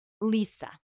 Lisa